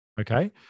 Okay